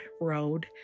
road